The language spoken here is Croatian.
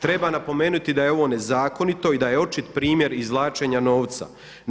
Treba napomenuti da je ovo nezakonito i da je očit primjer izvlačenja novca.